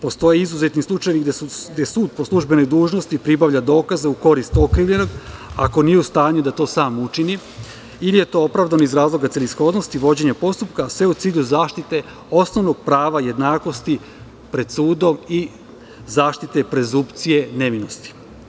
Postoje izuzetni slučajevi gde sud po službenoj dužnosti pribavlja dokaze u korist okrivljenog, ako nije u stanju da to sam učini ili je to opravdano iz razloga celishodnosti vođenja postupka, a sve u cilju zaštite osnovnog prava jednakosti pred sudom i zaštite prezunkcije nevinosti.